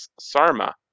Sarma